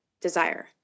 desire